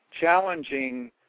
challenging